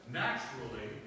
naturally